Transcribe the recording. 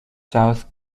south